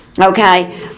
okay